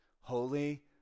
holy